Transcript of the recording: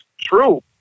true